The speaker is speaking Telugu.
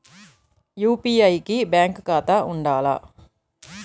యూ.పీ.ఐ కి బ్యాంక్ ఖాతా ఉండాల?